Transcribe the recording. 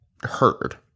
heard